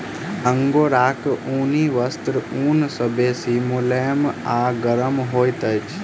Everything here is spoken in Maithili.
अंगोराक ऊनी वस्त्र ऊन सॅ बेसी मुलैम आ गरम होइत अछि